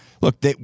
Look